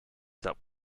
that